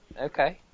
okay